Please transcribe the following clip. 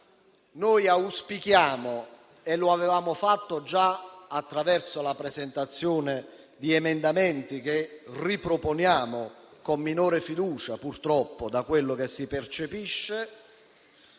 noi auspichiamo - e lo avevamo fatto già attraverso la presentazione di emendamenti, che riproponiamo con minore fiducia, purtroppo, in base a quello che si percepisce